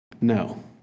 No